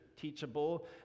teachable